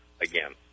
again